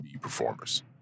performers